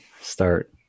start